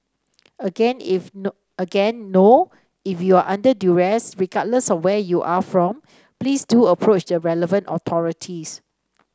again if no again no if you are under duress regardless of where you are from please do approach the relevant authorities